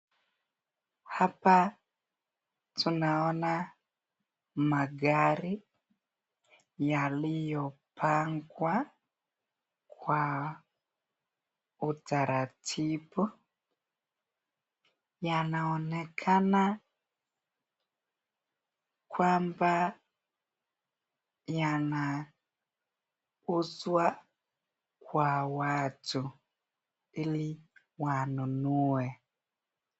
Hapa tunaona magari yaliyopangwa kwa utaratibu. Yanaonekana kwamba yanauzwa kwa watu ili wanunue.